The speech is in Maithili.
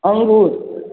अङ्गूर